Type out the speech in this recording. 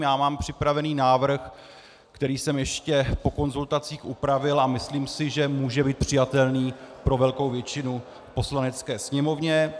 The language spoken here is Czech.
Já mám připravený návrh, který jsem ještě po konzultacích upravil, a myslím si, že může být přijatelný pro velkou většinu v Poslanecké sněmovně.